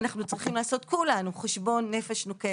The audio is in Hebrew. אנחנו צריכים לעשות כולנו חשבון נפש נוקב